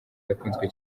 yakunzwe